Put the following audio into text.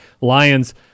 Lions